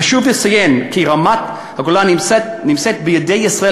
חשוב לציין כי משך הזמן שרמת-הגולן נמצאת בידי ישראל